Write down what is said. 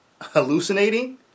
Hallucinating